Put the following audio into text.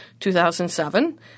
2007